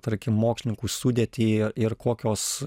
tarkim mokslininkų sudėtį ir kokios